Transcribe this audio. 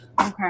Okay